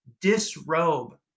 disrobe